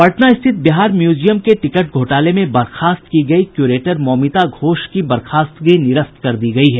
पटना स्थित बिहार म्यूजियम के टिकट घोटाले में बर्खास्त की गयी क्यूरेटर मौमिता घोष की बर्खास्तगी निरस्त कर दी गयी है